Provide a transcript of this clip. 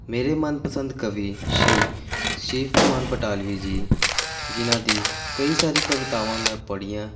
ਮੇਰੇ ਮਨਪਸੰਦ ਕਵੀ ਸ਼੍ਰੀ ਸ਼ਿਵ ਕੁਮਾਰ ਬਟਾਲਵੀ ਜੀ ਜਿਨ੍ਹਾਂ ਦੀ ਕਈ ਸਾਰੀ ਕਵਿਤਾਵਾਂ ਮੈਂ ਪੜ੍ਹੀਆਂ